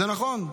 זה נכון.